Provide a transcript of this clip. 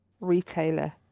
retailer